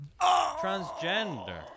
Transgender